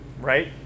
right